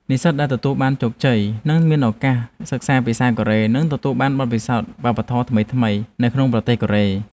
និស្សិតដែលទទួលបានជោគជ័យនឹងមានឱកាសសិក្សាភាសាកូរ៉េ និងទទួលបានបទពិសោធន៍វប្បធម៌ថ្មីៗនៅក្នុងប្រទេសកូរ៉េ។